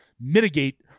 mitigate